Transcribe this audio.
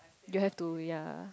you have to yea